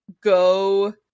go